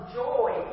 joy